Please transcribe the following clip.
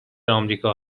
آمریکا